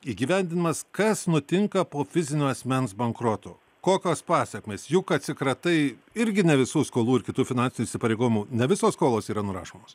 įgyvendinamas kas nutinka po fizinio asmens bankroto kokios pasekmės juk atsikratai irgi ne visų skolų ir kitų finansinių įsipareigojimų ne visos skolos yra nurašomos